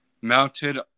Mounted